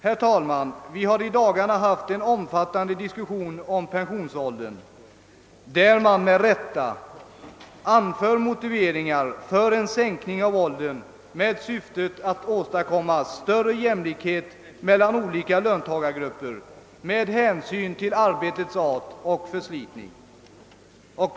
Herr talman! Vi har i dagarna haft en omfattande diskussion om pensionsåldern, där man med rätta anfört motiveringar för en sänkning av pensionsåldern med syftet att åstadkomma större jämlikhet mellan olika löntagargrupper med hänsyn till arbetets art och förslitningen i arbetet.